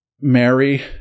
Mary